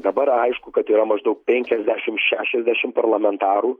dabar aišku kad yra maždaug penkiasdešimt šešiasdešimt parlamentarų